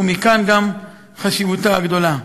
ומכאן גם חשיבותה הגדולה.